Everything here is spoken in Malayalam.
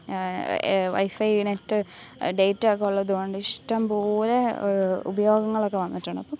വൈഫൈ നെറ്റ് ഡേറ്റ ഒക്കെ ഉള്ളതുകൊണ്ട് ഇഷ്ടംപോലെ ഉപയോഗങ്ങളൊക്കെ വന്നിട്ടുണ്ട് അപ്പം